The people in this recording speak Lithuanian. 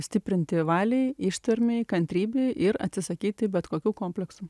stiprinti valiai ištvermei kantrybei ir atsisakyti bet kokių kompleksų